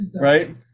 right